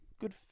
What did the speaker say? Good